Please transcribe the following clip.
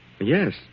Yes